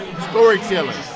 storytelling